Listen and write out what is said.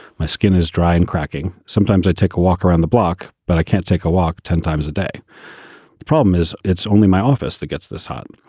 my skin is dry and cracking. sometimes i take a walk around the block, but i can't take a walk ten times a day. the problem is, it's only my office that gets this hot.